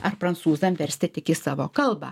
ar prancūzam versti tik į savo kalbą